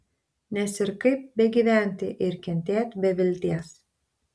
nes ir kaip begyventi ir kentėt be vilties